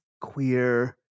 queer